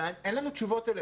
ואין לנו תשובות.